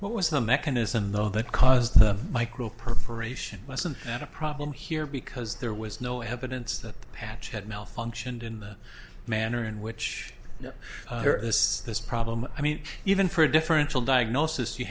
what was the mechanism though that caused the micro perforation wasn't that a problem here because there was no evidence that the patch had malfunctioned in the manner in which you know this this problem i mean even for a differential diagnosis you